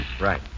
Right